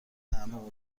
طعم